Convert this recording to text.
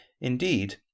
Indeed